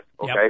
Okay